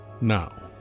now